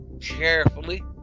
carefully